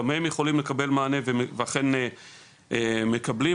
גם הם יכולים לקבל מענה ואכן מקבלים מענה,